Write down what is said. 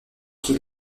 qui